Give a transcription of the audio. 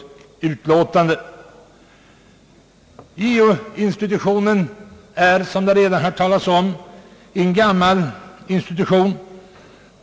JO-institutionen är, som det redan har talats om, en gammal institution.